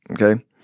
okay